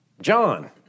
John